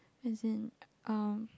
as in um